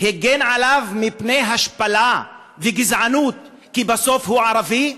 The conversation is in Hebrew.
הגן עליו מפני השפלה וגזענות, כי בסוף הוא ערבי?